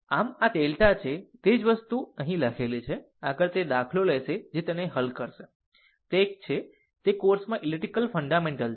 આમ આ ડેલ્ટા છે તે જ વસ્તુ અહીં લખેલી છે આગળ તે દાખલો લેશે જે તેને હલ કરશે તે એક છે તે કોર્સમાં ઇલેક્ટ્રિકલ ફન્ડામેન્ટલ છે